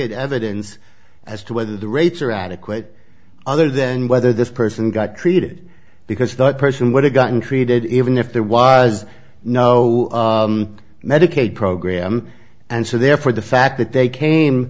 at evidence as to whether the rates are adequate other than whether this person got treated because that person would have gotten treated even if there was no medicaid program and so therefore the fact that they came